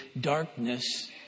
darkness